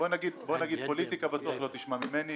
בוא נגיד שפוליטיקה בטוח לא תשמע ממני.